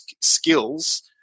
skills